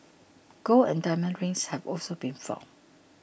gold and diamond rings have also been found